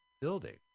building